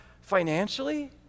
financially